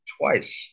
twice